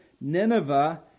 Nineveh